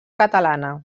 catalana